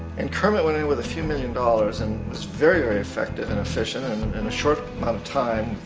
and kermit went in with a few million dollars, and was very very affective, and efficient and in a short amount of time,